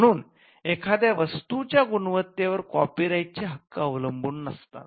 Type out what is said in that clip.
म्हणून एखाद्या वस्तूच्या गुणवत्तेवर कॉपी राईट चे हक्क अवलंबून नसतात